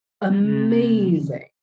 amazing